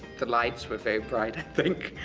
the lights were very bright, i think.